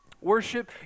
Worship